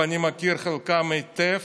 ואני מכיר את חלקם היטב,